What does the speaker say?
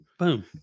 boom